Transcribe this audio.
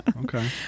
okay